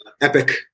Epic